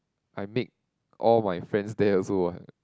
I make all my friends there also what